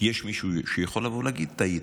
יש מישהו שיכול לבוא ולהגיד: טעיתם.